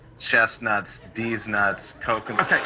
chestnuts, these nuts, coconuts.